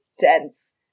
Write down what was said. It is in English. dense